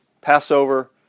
Passover